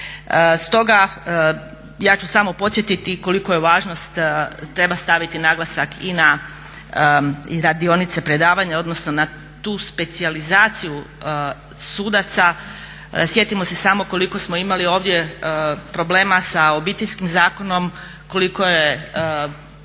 Stoga ja ću samo podsjetiti koliko je važnost, treba staviti naglasak i na radionice predavanja, odnosno na tu specijalizaciju sudaca. Sjetimo se samo koliko smo imali ovdje problema sa Obiteljskim zakonom, koliko su